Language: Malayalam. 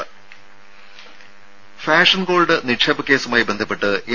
രും ഫാഷൻ ഗോൾഡ് നിക്ഷേപ കേസുമായി ബന്ധപ്പെട്ട് എം